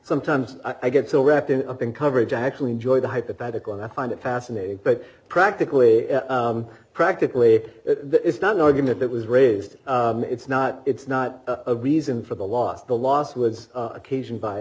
sometimes i get so wrapped up in coverage i actually enjoy the hypothetical and i find it fascinating but practically d practically d it's not an argument that was raised it's not it's not a reason for the loss the loss was occasioned by